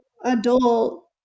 adult